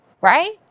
Right